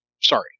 Sorry